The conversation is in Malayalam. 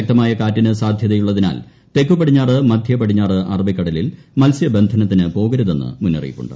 ശക്തമായ കാറ്റിനു സാധ്യതയുള്ളതിനാൽ തെക്കു പടിഞ്ഞാറ് മധ്യപടിഞ്ഞാറ് അറബിക്കടലിൽ മത്സ്യ ബന്ധനത്തിനു പോകരുതെന്നു മുന്നറിയിപ്പുണ്ട്